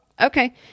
okay